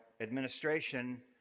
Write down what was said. administration